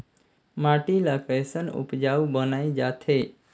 माटी ला कैसन उपजाऊ बनाय जाथे?